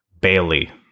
Bailey